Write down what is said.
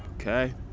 Okay